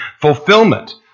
Fulfillment